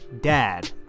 dad